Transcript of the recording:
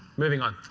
moving on.